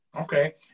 Okay